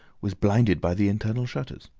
was blinded by the internal shutters.